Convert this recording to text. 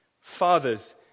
Fathers